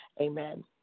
Amen